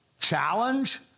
challenge